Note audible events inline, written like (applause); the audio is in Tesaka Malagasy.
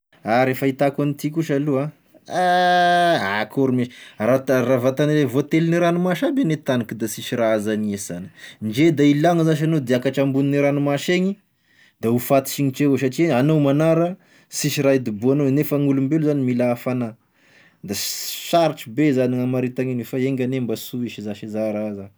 A re fahitako agn'ity kosa aloha ah (noise) akory moa, raha ta- raha vantagny voateligne ranomasy aby gne tagny e ka da sisy raha azo hany esana ndre da hilagno zash anao de hiakatra ambone ranomasy egny de ho faty signitry avao satria anao magnara, sisy raha hidibohanao, nefa gn'olombelo zany mila hafagna, da s- sarotry be zany gn'hamarita agn'igny fa enga anie mba sy ho hisy zash iza raha zany.